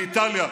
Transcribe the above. באיטליה,